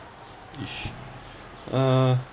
ish uh